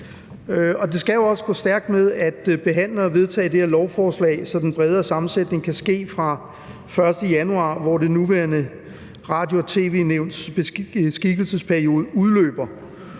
det skal jo også gå stærkt med at behandle og vedtage det her lovforslag, så den bredere sammensætning kan ske fra den 1. januar, hvor det nuværende Radio- og tv-nævns beskikkelsesperiode udløber.